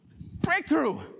Breakthrough